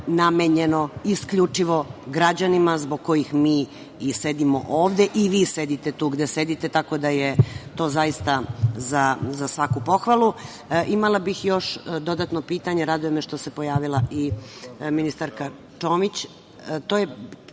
namenjeno isključivo građanima zbog kojih mi i sedimo ovde i vi sedite tu gde sedite. Tako da je to zaista za svaku pohvalu. Imala bih još dodatno pitanje, raduje me što se pojavila i ministarka Čomić.